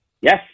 Yes